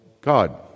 God